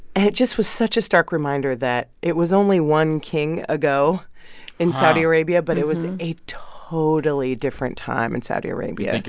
and it just was such a stark reminder that it was only one king ago in saudi arabia, but it was a totally different time in saudi arabia. like